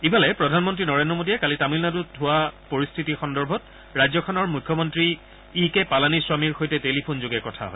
ইফালে প্ৰধানমন্ত্ৰী নৰেন্দ্ৰ মোডীয়ে কালি তামিলনাডুত সৃষ্টি হোৱা পৰিস্থিতি সন্দৰ্ভত ৰাজ্যখনৰ মুখ্যমন্ত্ৰী ই কে পালানিম্বামীৰ সৈতে টেলিফোনযোগে কথা হয়